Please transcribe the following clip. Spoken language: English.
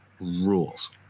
rules